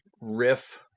riff